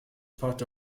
part